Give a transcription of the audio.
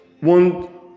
one